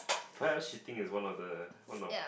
what else you think she's one of the one of